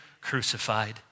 crucified